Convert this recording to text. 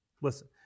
Listen